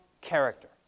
character